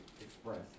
express